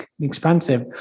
expensive